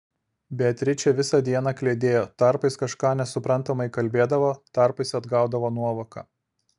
beatričė visą dieną kliedėjo tarpais kažką nesuprantamai kalbėdavo tarpais atgaudavo nuovoką